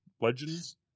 Legends